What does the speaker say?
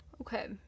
Okay